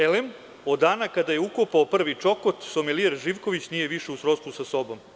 Elem, od dana kada je ukopao prvi čokot, somelijer Živković nije više u srodstvu sa sobom“